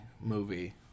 movie